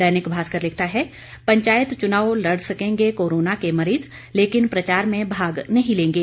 दैनिक भास्कर लिखता है पंचायत चुनाव लड़ सकेंगे कोरोना के मरीज लेकिन प्रचार में भाग नहीं लेंगे